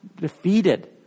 defeated